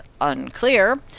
unclear